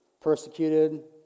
persecuted